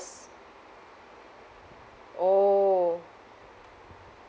orh